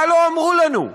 מה לא אמרו לנו?